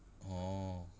orh